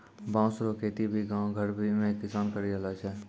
बाँस रो खेती भी गाँव घर मे किसान करि रहलो छै